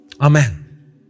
Amen